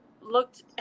looked